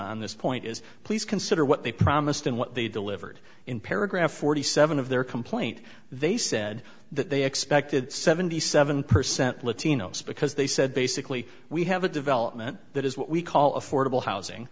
on this point is please consider what they promised and what they delivered in paragraph forty seven of their complaint they said that they expected seventy seven percent latinos because they said basically we have a development that is what we call affordable housing